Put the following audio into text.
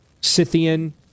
Scythian